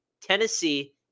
Tennessee